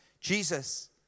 Jesus